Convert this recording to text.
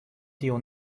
dio